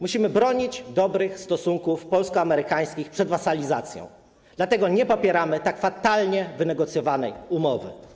Musimy bronić dobrych stosunków polsko-amerykańskich przed wasalizacją, dlatego nie popieramy tak fatalnie wynegocjowanej umowy.